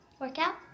Workout